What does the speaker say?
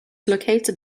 located